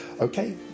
Okay